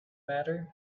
matter